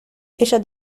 ella